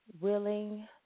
willing